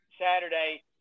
Saturday